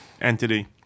entity